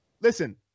listen